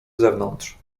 zewnątrz